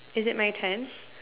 is it my turn